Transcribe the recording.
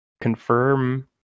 confirm